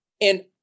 And-